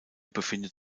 befindet